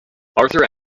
arthur